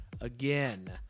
again